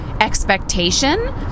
expectation